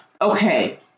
okay